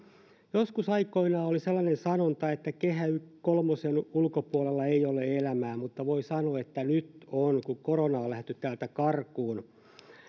joskus aikoinaan oli sellainen sanonta että kehä kolmosen ulkopuolella ei ole elämää mutta voi sanoa että nyt on kun koronaa on lähdetty täältä karkuun